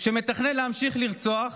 מתכנן להמשיך ולרצוח,